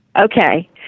Okay